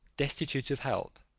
destitute of help,